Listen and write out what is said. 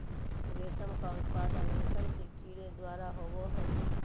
रेशम का उत्पादन रेशम के कीड़े द्वारा होबो हइ